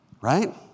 right